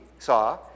saw